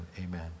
amen